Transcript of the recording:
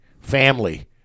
family